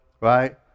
Right